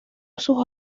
sus